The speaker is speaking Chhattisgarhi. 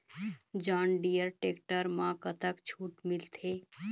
जॉन डिअर टेक्टर म कतक छूट मिलथे?